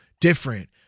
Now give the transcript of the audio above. different